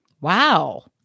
wow